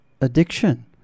addiction